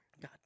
God